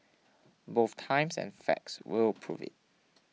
both times and facts will prove it